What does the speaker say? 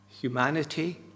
humanity